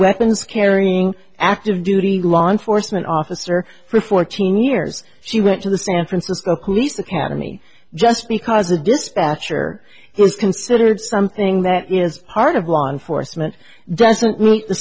weapons carrying active duty law enforcement officer for fourteen years she went to the san francisco police academy just because a dispatcher has considered something that is part of law enforcement doesn't meet the